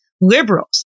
liberals